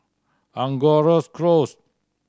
Angoras Close